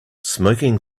smoking